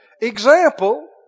Example